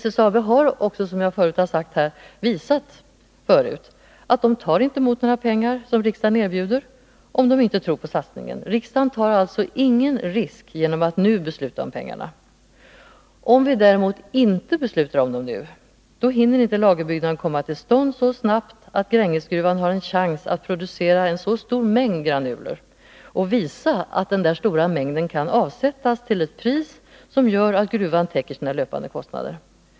SSAB har också, som jag redan sagt, tidigare visat att man inte tar emot några pengar som riksdagen erbjuder, om man inte tror på satsningen. Riksdagen tar alltså ingen risk genom att nu besluta om pengarna. Om vi däremot inte beslutar om dem nu, hinner inte lagerbyggnaden komma till stånd så snabbt att Grängesgruvan har en chans att producera så stor mängd granuler och visa att den stora mängden kan avsättas till ett pris som gör att gruvan täcker sina löpande kostnader.